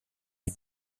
est